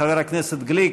חבר הכנסת גליק,